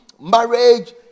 marriage